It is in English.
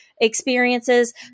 experiences